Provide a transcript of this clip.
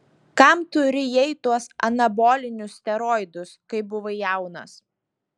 kam tu rijai tuos anabolinius steroidus kai buvai jaunas